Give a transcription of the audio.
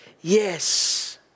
Yes